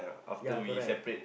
yea correct